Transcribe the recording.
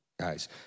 guys